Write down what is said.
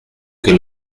que